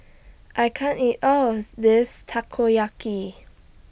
I can't eat All of This Takoyaki